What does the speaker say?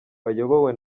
bayobowe